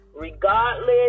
regardless